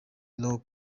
naho